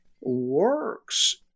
works